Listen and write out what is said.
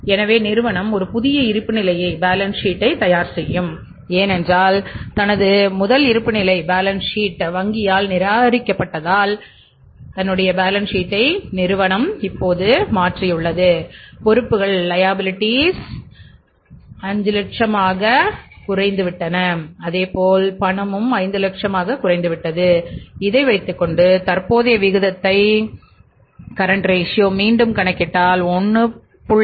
எனவே நிறுவனம் ஒரு புதிய இருப்பு நிலையை பேலன்ஸ் ஷீட் மீண்டும் கணக்கிட்டால் 1